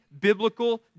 biblical